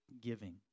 giving